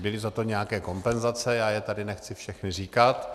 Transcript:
Byly za to nějaké kompenzace, já je tady nechci všechny říkat.